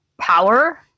power